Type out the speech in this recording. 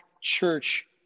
church